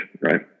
right